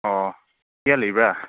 ꯑꯣ ꯀꯌꯥ ꯂꯩꯕ꯭ꯔꯥ